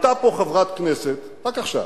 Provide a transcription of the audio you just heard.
עלתה פה חברת כנסת, רק עכשיו,